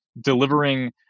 delivering